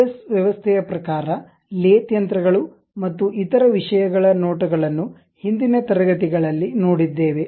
US ವ್ಯವಸ್ಥೆಯ ಪ್ರಕಾರ lathe ಯಂತ್ರಗಳು ಮತ್ತು ಇತರ ವಿಷಯಗಳ ನೋಟಗಳನ್ನು ಹಿಂದಿನ ತರಗತಿಗಳಲ್ಲಿ ನೋಡಿದ್ದೇವೆ